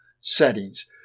settings